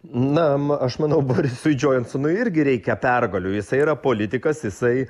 na aš manau borisui džonsonui irgi reikia pergalių jisai yra politikas jisai